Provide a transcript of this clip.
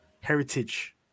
Heritage